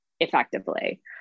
effectively